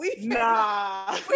Nah